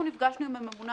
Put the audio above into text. הביאה פה הממונה